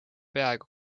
peaaegu